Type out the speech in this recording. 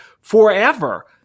forever